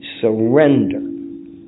surrender